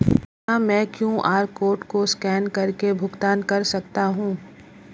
क्या मैं QR code को स्कैन करके भुगतान कर सकता हूं?